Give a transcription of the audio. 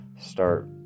start